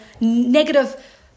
negative